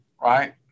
right